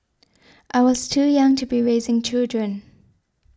I was too young to be raising children